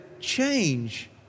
Change